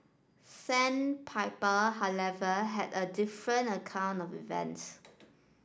sandpiper however had a different account of events